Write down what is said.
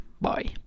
Bye